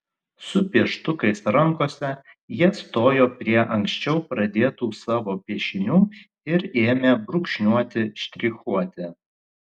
su pieštukais rankose jie stojo prie anksčiau pradėtų savo piešinių ir ėmė brūkšniuoti štrichuoti